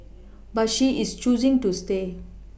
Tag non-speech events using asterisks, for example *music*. *noise* *noise* but she is choosing to stay